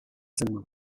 cinema